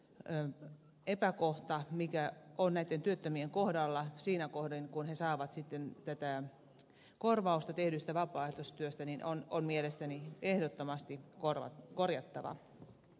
tämä epäkohta mikä on näitten työttömien kohdalla siinä kohdin kun he saavat sitten tätä korvausta tehdystä vapaaehtoistyöstä on mielestäni ehdottomasti korjattava